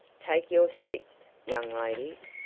take your seats, young ladies,